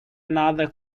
another